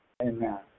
Amen